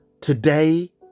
today